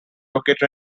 located